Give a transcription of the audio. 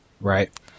Right